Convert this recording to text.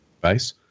base